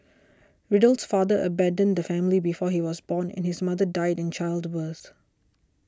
Riddle's father abandoned the family before he was born and his mother died in childbirth